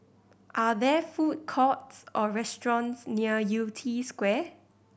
are there food courts or restaurants near Yew Tee Square